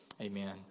Amen